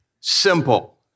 simple